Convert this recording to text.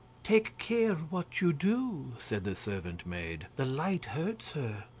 take care what you do, said the servant-maid the light hurts her,